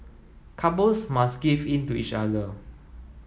couples must give in to each other